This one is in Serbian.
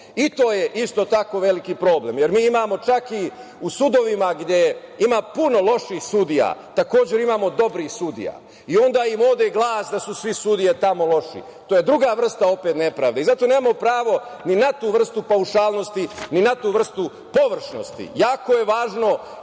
to je isto tako veliki problem, jer mi imamo čak i u sudovima, gde ima puno loših sudija, takođe, dobrih sudija i onda im ode glas da su sve sudije tamo loše. To je druga vrsta opet nepravde i zato nemamo pravo ni na tu vrstu paušalnosti, ni na tu vrstu površnosti. Jako je važno